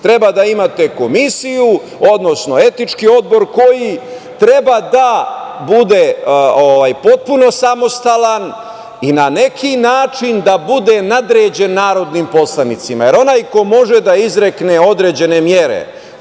treba da imate komisiju, odnosno etički odbor koji treba da bude potpuno samostalan i na neki način da bude nadređen narodnim poslanicima, jer onaj ko može da izrekne određen mere,